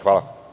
Hvala.